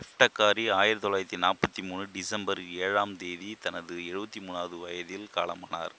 எஃப்டெகாரி ஆயிரத்தி தொள்ளாயிரத்தி நாற்பத்தி மூணு டிசம்பர் ஏழாம் தேதி தனது எழுபத்தி மூணாவது வயதில் காலமானார்